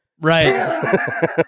Right